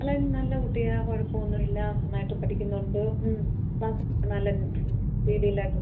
Allen നല്ല കുട്ടിയാണ് കുഴപ്പമൊന്നുമില്ല നന്നായിട്ട് പഠിക്കുന്നുണ്ട് ക്ലാസ് നല്ല രീതിയിലായിട്ട് പോവുന്നു